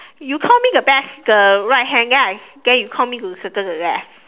you call me the back the right hand right then I you call me to circle the left